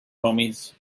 homies